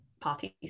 parties